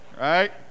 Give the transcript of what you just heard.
right